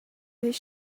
his